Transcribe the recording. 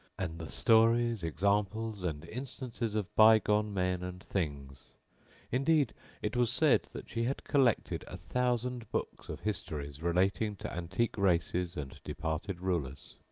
and the stories, examples and instances of by gone men and things indeed it was said that she had collected a thousand books of histories relating to antique races and departed rulers.